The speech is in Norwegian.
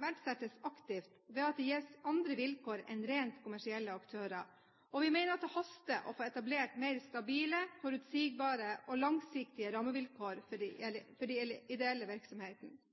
verdsettes aktivt ved at de gis andre vilkår enn rent kommersielle aktører, og vi mener det haster med å få etablert mer stabile, forutsigbare og langsiktige rammevilkår for de ideelle virksomhetene. Jeg er derfor glad for